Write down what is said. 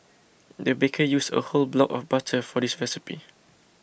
the baker used a whole block of butter for this recipe